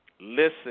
listen